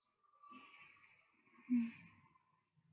mm